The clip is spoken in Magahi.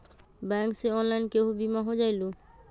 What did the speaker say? बैंक से ऑनलाइन केहु बिमा हो जाईलु?